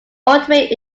ultimate